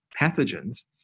pathogens